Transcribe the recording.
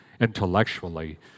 intellectually